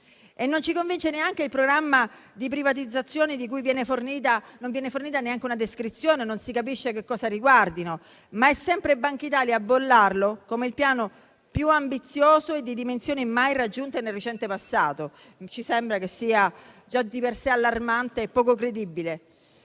Non ci convince neanche il programma di privatizzazioni di cui non viene fornita neanche una descrizione. Non si capisce che cosa riguardino, ma è sempre Bankitalia a bollarlo come il piano più ambizioso e di dimensioni mai raggiunte nel recente passato. Ci sembra che sia già di per sé allarmante e poco credibile.